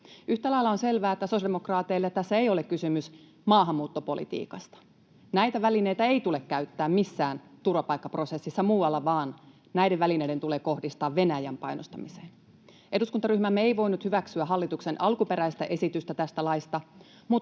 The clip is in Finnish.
Yhtä lailla on selvää, että sosiaalidemokraateille tässä ei ole kysymys maahanmuuttopolitiikasta. Näitä välineitä ei tule käyttää missään turvapaikkaprosessissa muualla, vaan näiden välineiden tulee kohdistua Venäjän painostamiseen. Eduskuntaryhmämme ei voinut hyväksyä hallituksen alkuperäistä esitystä tästä laista,